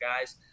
guys